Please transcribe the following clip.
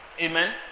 Amen